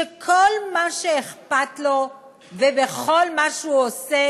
שכל מה שאכפת לו וכל מה שהוא עושה